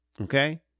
okay